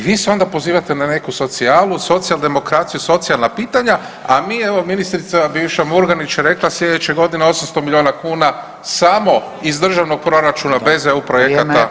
I vi se onda pozivate na neku socijalu, socijaldemokraciju, socijalna pitanja, a mi evo ministrica bivša Murganić je rekla, sljedeće godine 800 milijuna kuna samo iz Državnog proračuna bez EU projekata u socijalu ulaže.